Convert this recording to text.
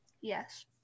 yes